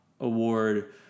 award